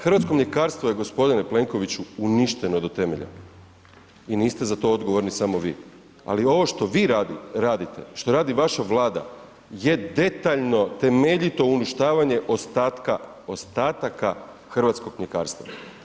Hrvatsko mljekarstvo je gospodine Plenkoviću uništeno do temelja i niste za to odgovorni samo vi ali ovo što vi radite, što radi vaša Vlada je detaljno, temeljito uništavanje ostatka ostataka hrvatskog mljekarstva.